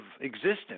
existence